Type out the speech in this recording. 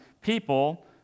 people